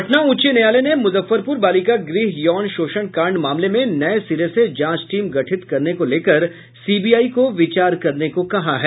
पटना उच्च न्यायालय ने मुजफ्फरपुर बालिका गृह यौन शोषण कांड मामले में नये सिरे से जांच टीम गठित करने को लेकर सीबीआई को विचार करने को कहा है